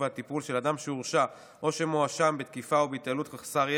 והטיפול של אדם שהורשע או שמואשם בתקיפה או בהתעללות בחסר ישע,